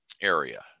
area